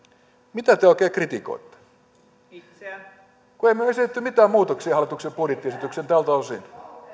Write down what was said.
mitä te oikein kritikoitte emme me ole esittäneet mitään muutoksia hallituksen budjettiesitykseen tältä osin